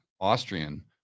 Austrian